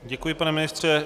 Děkuji, pane ministře.